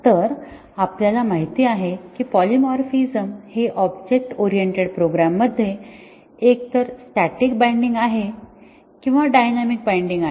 तर आपल्याला माहित आहे की पॉलीमॉर्फिजम हे ऑब्जेक्ट ओरिएंटेड प्रोग्रामिंगमध्ये एकतर स्टॅटिक बाइंडिंग आहे किंवा डायनॅमिक बाइंडिंग आहे